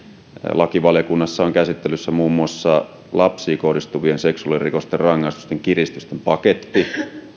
lakivaliokunnassa on käsittelyssä muun muassa lapsiin kohdistuvien seksuaalirikosten rangaistusten kiristysten paketti